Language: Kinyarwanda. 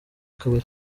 kabari